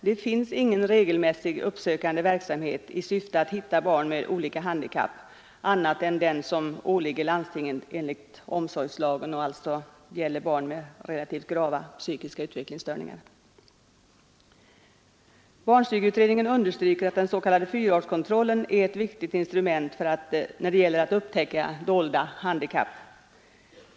Det finns ingen regelmässig uppsökande verksamhet i syfte att hitta barn med olika handikapp annat än den som åligger landstingen enligt omsorgslagen och alltså gäller barn med relativt grava psykiska utvecklingsstörningar. Barnstugeutredningen understryker att fyraårskontrollen är ett viktigt instrument när det gäller att upptäcka dolda handikapp.